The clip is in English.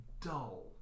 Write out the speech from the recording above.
dull